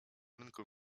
rynku